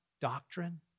doctrine